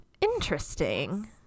Interesting